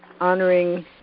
honoring